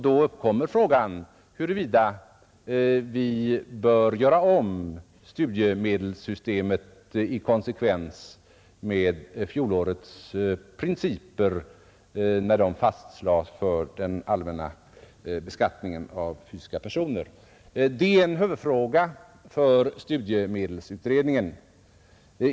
Då uppkommer frågan huruvida vi bör göra om studiemedelssystemet i konsekvens med de principer som under fjolåret fastlades för den allmänna beskattningen av fysiska personer. Det är en huvudfråga för studiemedelsutredningen.